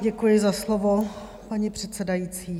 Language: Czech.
Děkuji za slovo, paní předsedající.